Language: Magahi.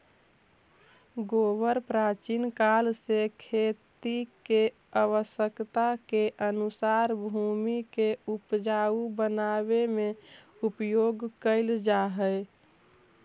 गोबर प्राचीन काल से खेती के आवश्यकता के अनुसार भूमि के ऊपजाऊ बनावे में प्रयुक्त कैल जा हई